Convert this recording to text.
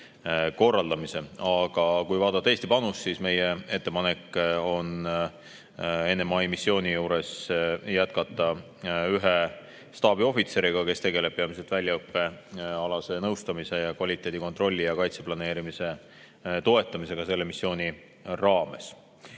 korraldamise. Kui vaadata Eesti panust, siis meie ettepanek on NMI missiooni puhul jätkata ühe staabiohvitseriga, kes tegeleb peamiselt väljaõppealase nõustamise, kvaliteedikontrolli ja kaitse planeerimise toetamisega selle missiooni raames.